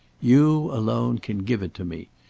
you alone can give it to me.